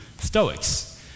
Stoics